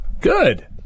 Good